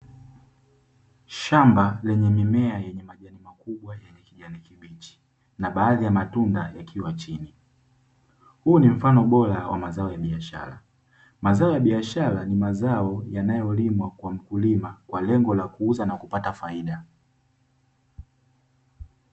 Shamba lenye mimea yenye majani makubwa yenye kijani kibichi, na baadhi ya matunda yakiwa chini, huu ni mfano bora wa mazao ya biashara, mazao ya biashara ni mazao yanayolimwa kwa mkulima kwa lengo la kuuza na kupata faida.